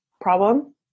problem